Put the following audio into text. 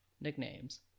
Nicknames